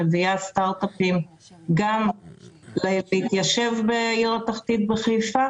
מביאה סטרט-אפים להתיישב בעיר התחתית בחיפה